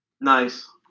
Nice